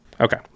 okay